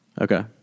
Okay